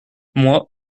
moi